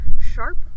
Sharp